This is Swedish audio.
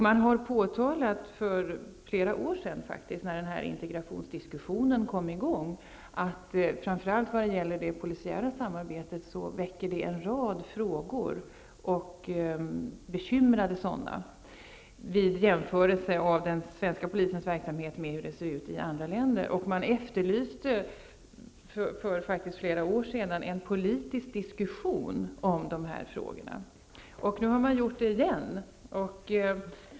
Man har faktiskt för flera år sedan, när integrationsdiskussionen kom i gång, påtalat att framför allt det polisiära samarbetet väcker en rad frågor som bekymrar vid en jämförelse av den svenska polisens verksamhet med hur det ser ut i andra länder. Man efterlyste för flera år sedan en politisk diskussion om dessa frågor, och nu har man gjort det igen.